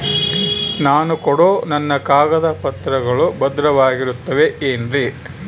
ನಾನು ಕೊಡೋ ನನ್ನ ಕಾಗದ ಪತ್ರಗಳು ಭದ್ರವಾಗಿರುತ್ತವೆ ಏನ್ರಿ?